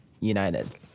United